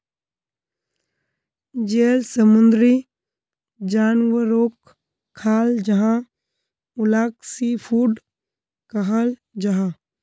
जेल समुंदरी जानवरोक खाल जाहा उलाक सी फ़ूड कहाल जाहा